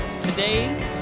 today